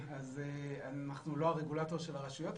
אנחנו לא הרגולטור של הרשויות,